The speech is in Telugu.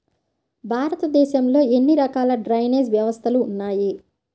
భారతదేశంలో ఎన్ని రకాల డ్రైనేజ్ వ్యవస్థలు ఉన్నాయి?